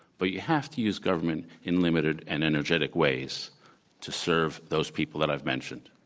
but you have to use government in limited and energetic ways to serve those people that i've mentioned.